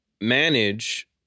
manage